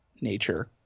nature